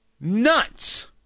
nuts